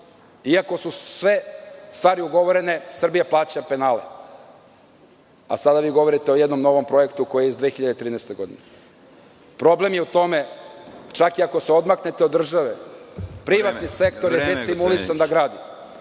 iako su sve stvari ugovorene Srbija plaća penale. Sada mi govorite o novom projektu koji je iz 2013. godine. Problem je u tome čak iako se odmaknete od države, privatni sektor je destimulisan da gradi